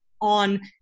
on